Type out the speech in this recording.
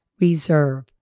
reserve